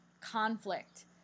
conflict